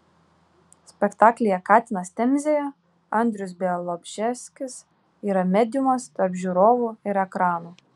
spektaklyje katinas temzėje andrius bialobžeskis yra mediumas tarp žiūrovų ir ekrano